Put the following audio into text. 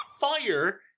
Fire